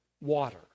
water